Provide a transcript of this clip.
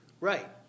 Right